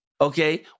Okay